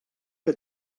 que